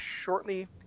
shortly